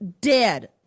dead